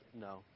No